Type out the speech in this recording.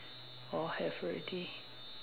all have already